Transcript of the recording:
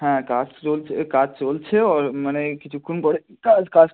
হ্যাঁ কাজ তো চলছে এ কাজ চলছে ও মানে এই কিছুক্ষণ পরে কাজ কাজ